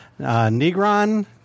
Negron